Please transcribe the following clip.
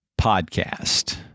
podcast